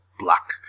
black